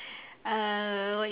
uh what you call that